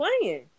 playing